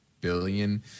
billion